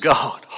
God